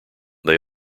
they